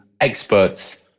experts